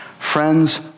Friends